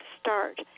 start